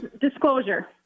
disclosure